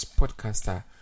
podcaster